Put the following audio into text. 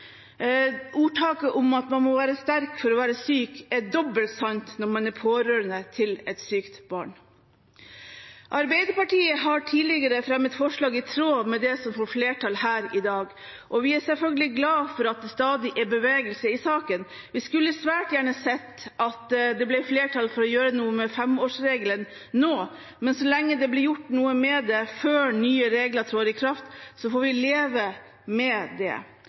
Ordtaket om at man må være sterk for å være syk, er dobbelt sant når man er pårørende til et sykt barn. Arbeiderpartiet har tidligere fremmet forslag i tråd med det som får flertall her i dag, og vi er selvfølgelig glade for at det stadig er bevegelse i saken. Vi skulle svært gjerne sett at det ble flertall for å gjøre noe med femårsregelen nå, men så lenge det blir gjort noe med det før nye regler trer i kraft, får vi leve med det.